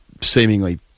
seemingly –